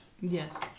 Yes